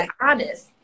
honest